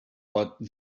but